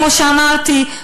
כמו שאמרתי,